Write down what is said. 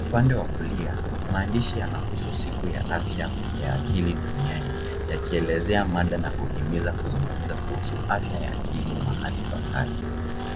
Upande wa kulia, maandishi yanahusu siku ya afya ya akili duniani yakielezea mada na kuhimiza kuzungumza kuhusu afya ya akili mahali pa kazi.